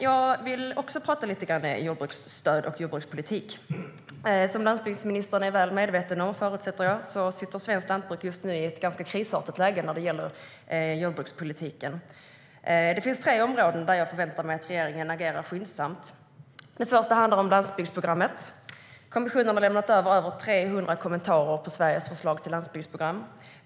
Jag vill också prata lite grann med landsbygdsministern om jordbruksstöd och jordbrukspolitik. Svenskt lantbruk sitter just nu i ett ganska krisartat läge när det gäller jordbrukspolitiken, vilket jag förutsätter att landsbygdsministern är väl medveten om. Det finns tre områden där jag förväntar mig att regeringen agerar skyndsamt. Det första handlar om landsbygdsprogrammet. Kommissionen har lämnat över mer än 300 kommentarer till Sveriges förslag till landsbygdsprogram.